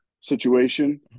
situation